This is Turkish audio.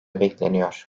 bekleniyor